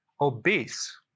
obese